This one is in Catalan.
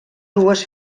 dues